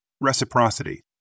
Reciprocity